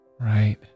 Right